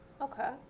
Okay